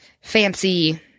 fancy